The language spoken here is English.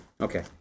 Okay